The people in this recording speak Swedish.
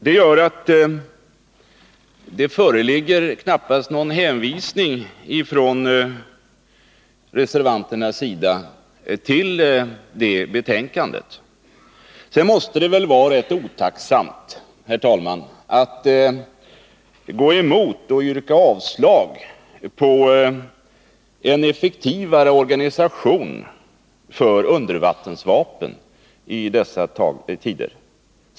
Det gör att det knappast föreligger någon hänvisning från reservanternas sida till det betänkandet. Sedan måste det väl vara rätt otacksamt, herr talman, att yrka avslag på förslag om en effektivare organisation för undervattensvapen i dessa tider.